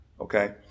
Okay